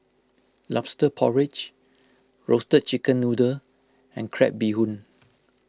Lobster Porridge Roasted Chicken Noodle and Crab Bee Hoon